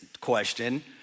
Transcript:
question